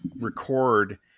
record